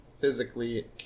physically